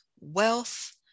wealth